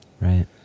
Right